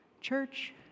Church